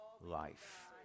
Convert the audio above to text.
life